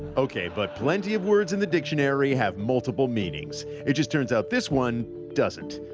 ok but plenty of words in the dictionary have multiple meanings. it just turns out this one doesn't.